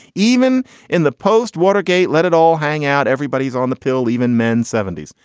even in the post-watergate. let it all hang out. everybody's on the pill, even men. seventy s.